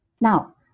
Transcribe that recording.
now